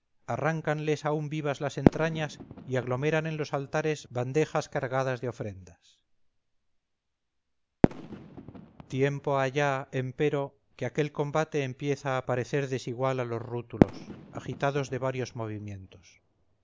víctimas arráncanles aún vivas las entrañas y aglomeran en los altares bandejas cargadas de ofrendas tiempo ha ya empero que aquel combate empieza a parecer desigual a los rútulos agitados de varios movimientos